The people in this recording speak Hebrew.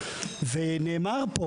ונאמר פה